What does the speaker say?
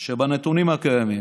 הוא אמר שבנתונים הקיימים,